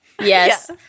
Yes